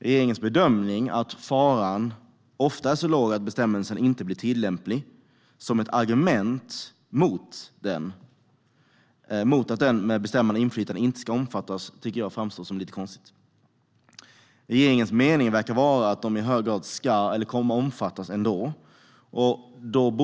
Regeringens bedömning att faran ofta är så låg att bestämmelsen inte blir tillämplig framstår som argument mot att den med bestämmande inflytande inte ska omfattas som lite konstigt. Regeringens mening verkar vara att de i hög grad ska eller kommer att omfattas ändå.